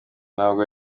nabwo